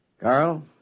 Carl